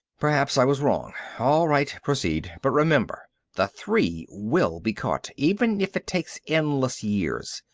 perhaps i was wrong. all right, proceed! but remember the three will be caught, even if it takes endless years.